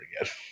again